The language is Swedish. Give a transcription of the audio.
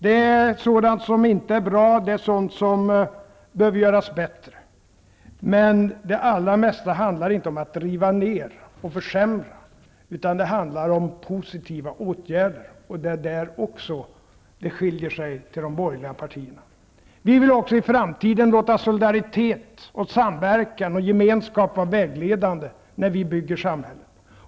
Det finns sådant som inte är bra och som behöver göras bättre, men det allra mesta handlar inte om att riva ned och försämra, utan om positiva åtgärder. Också där skiljer vi oss från de borgerliga partierna. Vi vill också i framtiden låta solidaritet, samverkan och gemenskap vara vägledande när vi bygger samhället.